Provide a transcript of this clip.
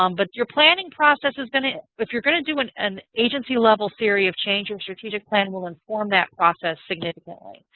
um but your planning process is going to if you're going to do an an agency level theory of change, then strategic planning will inform that process significantly.